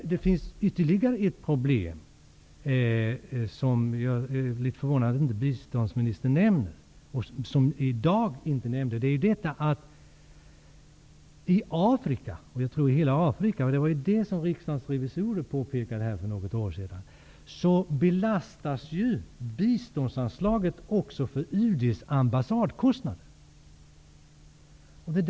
Men det finns ytterligare ett problem, som jag är litet förvånad över att biståndsministern inte nämner i dag, nämligen att beträffande hela Afrika, vilket påpekades av riksdagens revisorer häromåret, belastas biståndsanslaget också med UD:s ambassadkostnader.